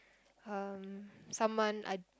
um someone I